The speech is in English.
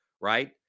right